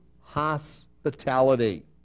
hospitality